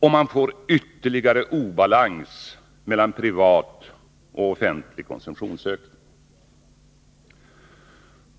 och man får ytterligare obalans mellan privat och offentlig konsumtionsökning.